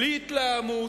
בלי התלהמות,